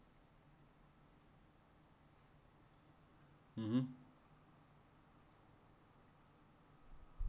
(uh huh)